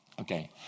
Okay